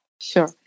sure